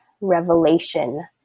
Revelation